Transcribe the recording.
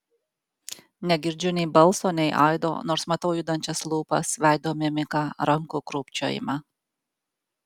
negirdžiu nei balso nei aido nors matau judančias lūpas veido mimiką rankų krūpčiojimą